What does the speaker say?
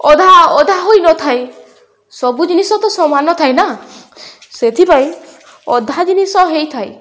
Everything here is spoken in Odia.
ଅଧା ଅଧା ହୋଇନଥାଏ ସବୁ ଜିନିଷ ତ ସମାନ ଥାଏ ନା ସେଥିପାଇଁ ଅଧା ଜିନିଷ ହେଇଥାଏ